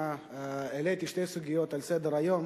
העליתי שתי סוגיות על סדר-היום.